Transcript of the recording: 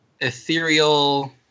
ethereal